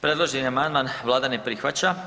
Predloženi amandman Vlada na prihvaća.